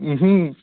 हो